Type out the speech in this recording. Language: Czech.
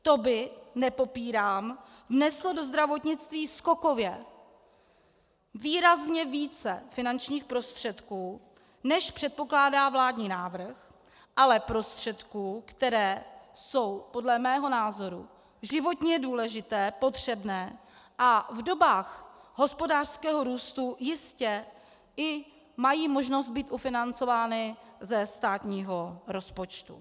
To by, nepopírám, vneslo do zdravotnictví skokově výrazně více finančních prostředků, než předpokládá vládní návrh, ale prostředků, které jsou podle mého názoru životně důležité, potřebné a v dobách hospodářského růstu jistě i mají možnost být ufinancovány ze státního rozpočtu.